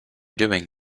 doing